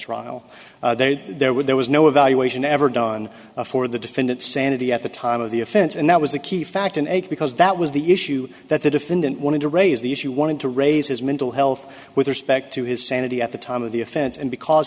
trial there there was there was no evaluation ever done for the defendant sanity at the time of the offense and that was a key fact in eight because that was the issue that the defendant wanted to raise the issue wanted to raise his mental health with respect to his sanity at the time of the offense and because